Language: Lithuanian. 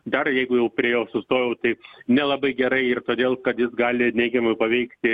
dar jeigu jau priėjau sustojau tai nelabai gerai ir todėl kad jis neigiamai paveikti